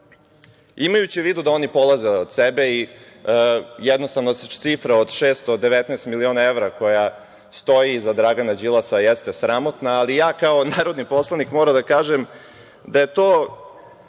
imajući u vidu da oni polaze od sebe i jednostavno cifra od 619 miliona evra koja stoji iza Dragana Đilasa jednostavno jeste sramotna, ali ja kao narodni poslanik moram da kažem da je to,